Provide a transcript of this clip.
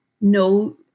no